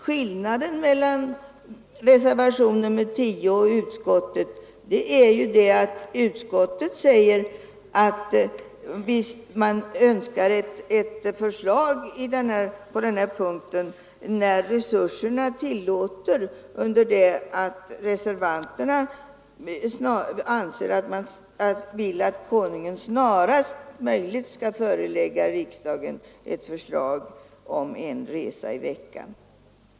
Skillnaden mellan reservationen 10 och utskottets förslag är, herr Carlsson i Vikmanshyttan, att utskottet gärna vill biträda ett förslag på denna punkt när resurserna tillåter, under det att reservanterna vill att Kungl. Maj:t snarast förelägger riksdagen förslag om en resa i veckan.